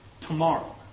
Tomorrow